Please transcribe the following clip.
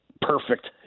perfect